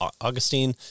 Augustine